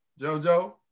Jojo